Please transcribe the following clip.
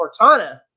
cortana